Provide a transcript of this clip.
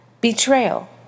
Betrayal